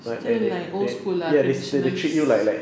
still like old school lah the nationalist